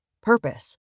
Purpose